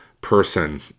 person